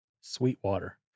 Sweetwater